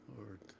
Lord